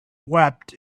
wept